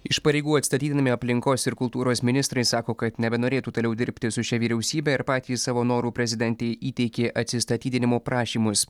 iš pareigų atstatydinami aplinkos ir kultūros ministrai sako kad nebenorėtų toliau dirbti su šia vyriausybe ir patys savo noru prezidentei įteikė atsistatydinimo prašymus